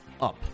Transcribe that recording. up